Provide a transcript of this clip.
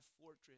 fortress